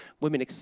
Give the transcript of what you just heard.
Women